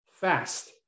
fast